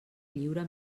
lliure